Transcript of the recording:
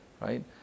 right